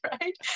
right